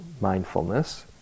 mindfulness